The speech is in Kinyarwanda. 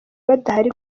badahari